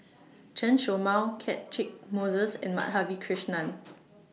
Chen Show Mao Catchick Moses and Madhavi Krishnan